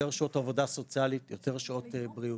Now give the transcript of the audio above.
יותר שעות עבודה סוציאלית, יותר שעות בריאות.